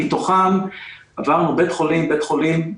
מתוכם עברנו בית חולים אחר בית חולים,